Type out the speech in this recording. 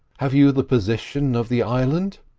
have you the position of the island?